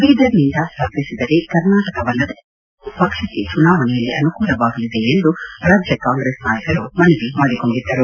ಬೀದರ್ನಿಂದ ಸ್ಪರ್ಧಿಸಿದರೆ ಕರ್ನಾಟಕವಲ್ಲದೆ ನೆರೆಯ ರಾಜ್ಯಗಳಲ್ಲೂ ಪಕ್ಷಕ್ಕೆ ಚುನಾವಣೆಯಲ್ಲಿ ಅನುಕೂಲವಾಗಲಿದೆ ಎಂದು ರಾಜ್ಯ ಕಾಂಗ್ರೆಸ್ ನಾಯಕರು ಮನವಿ ಮಾಡಿಕೊಂಡಿದ್ದರು